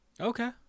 Okay